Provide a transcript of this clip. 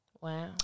Wow